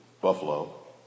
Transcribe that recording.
Buffalo